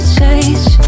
change